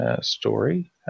story